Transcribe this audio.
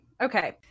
Okay